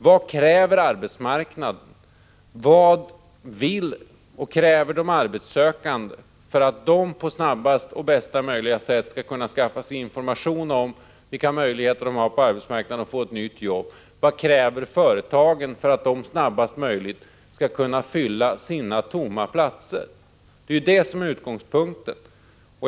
Vad kräver arbetsmarknaden? Vad kräver de arbetssökande, för att de på snabbaste och bästa möjliga sätt skall kunna skaffa sig information om vilka möjligheter de har att få ett nytt jobb på arbetsmarknaden? Vad kräver företagen för att de på snabbaste sätt skall kunna fylla sina tomma platser? Detta är ju utgångspunkten.